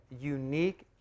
unique